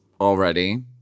Already